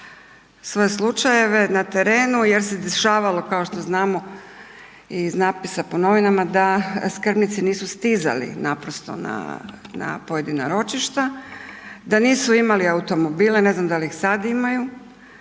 svoje slučajeve na terenu jer se dešavalo kao što znamo i iz natpisa po novinama da skrbnici nisu stizali naprosto na pojedina ročišta, da nisu imali automobile ne znam da li ih sada imaju.